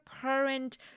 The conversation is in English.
current